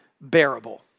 bearable